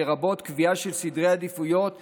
לרבות קביעה של סדרי עדיפויות עקרוניים,